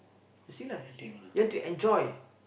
you see lah you want to enjoy